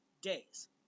days